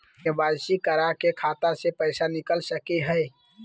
KYC करा के खाता से पैसा निकल सके हय?